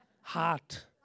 hot